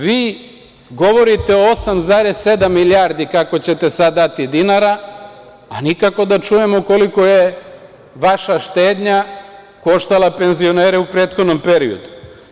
Vi govorite o 8,7 milijardi, kako ćete sada dati dinara, a nikako da čujemo koliko je vaša štednja koštala penzionere u prethodnom periodu.